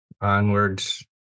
onwards